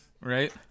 right